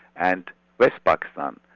and west pakistan,